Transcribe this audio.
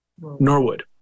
Norwood